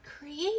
Create